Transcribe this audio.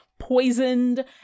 poisoned